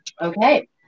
Okay